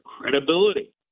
credibility